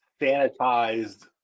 sanitized